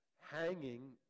hanging